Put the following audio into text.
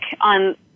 on